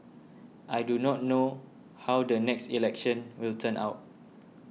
I do not know how the next election will turn out